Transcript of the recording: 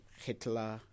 Hitler